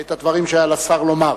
את הדברים שהיה לשר לומר.